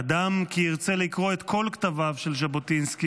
אדם כי ירצה לקרוא את כל כתביו של ז'בוטינסקי,